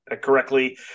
correctly